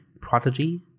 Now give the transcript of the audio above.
prodigy